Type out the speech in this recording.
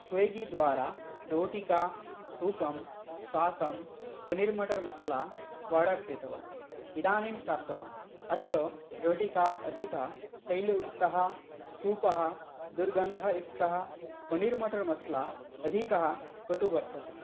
स्वेगीद्वारा रोटिकां सूपं स्वाकं पनिर् मटर् मसाला वार्डर् कृतवान् इदानीं प्राप्तवान् अत्र रोटिका अधिका तैलयुक्ता सूपः दुर्गन्धयुक्तः पनिर् मटर् मसाला अधिकः कटुः वर्तते